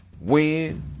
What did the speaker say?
win